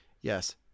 Yes